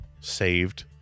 saved